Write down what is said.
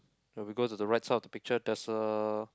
can we go to the right side of the picture there's a